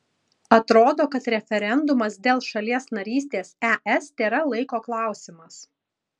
atrodo kad referendumas dėl šalies narystės es tėra laiko klausimas